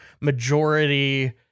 majority